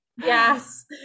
yes